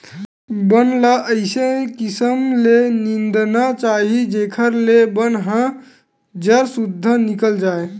बन ल अइसे किसम ले निंदना चाही जेखर ले बन ह जर सुद्धा निकल जाए